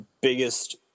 biggest